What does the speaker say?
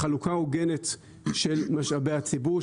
חלוקה הוגנת של משאבי הציבור,